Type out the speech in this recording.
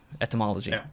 etymology